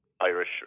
Irish